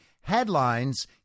headlines